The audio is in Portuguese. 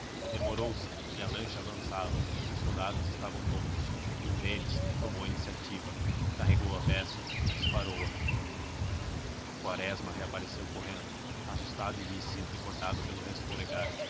demorou-se e a lancha avançava os soldados estavam tontos e um deles tomou a iniciativa carregou a peça e disparou a quaresma reapareceu correndo assustado e disse entrecortado pelo